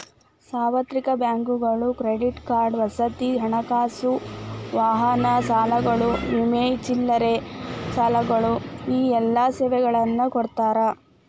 ಸಾರ್ವತ್ರಿಕ ಬ್ಯಾಂಕುಗಳು credit card ವಸತಿ ಹಣಕಾಸು ವಾಹನ ಸಾಲಗಳು ವಿಮೆ ಚಿಲ್ಲರೆ ಸಾಲಗಳು ಈ ಎಲ್ಲಾ ಸೇವೆಗಳನ್ನ ಕೊಡ್ತಾದ